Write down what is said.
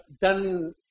done